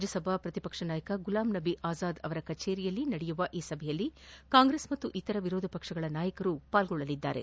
ರಾಜ್ಲಸಭಾ ಪ್ರತಿಪಕ್ಷ ನಾಯಕ ಗುಲಾಂನಬಿ ಅಜಾದ್ ಅವರ ಕಚೇರಿಯಲ್ಲಿ ನಡೆಯುವ ಸಭೆಯಲ್ಲಿ ಕಾಂಗ್ರೆಸ್ ಹಾಗೂ ಇತರ ವಿರೋಧ ಪಕ್ಷಗಳ ನಾಯಕರು ಭಾಗವಹಿಸಲಿದ್ದಾರೆ